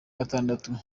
gatandatu